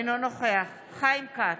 אינו נוכח חיים כץ,